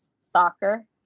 soccer